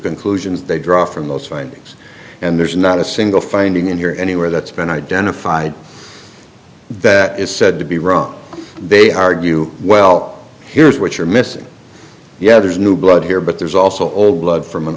conclusions they draw from those findings and there's not a single finding in here anywhere that's been identified that is said to be wrong they argue well here's what you're missing yeah there's new blood here but there's also old blood